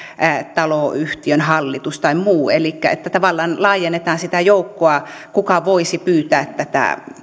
taloyhtiön hallitus tai muu elikkä että tavallaan laajennetaan sitä joukkoa kuka voisi pyytää tätä